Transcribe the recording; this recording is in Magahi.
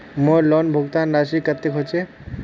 मोर लोन भुगतान राशि कतेक होचए?